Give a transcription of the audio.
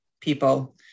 people